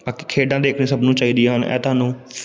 ਬਾਕੀ ਖੇਡਾਂ ਦੇਖਣੀਆਂ ਸਭ ਨੂੰ ਚਾਹੀਦੀਆਂ ਹਨ ਇਹ ਤੁਹਾਨੂੰ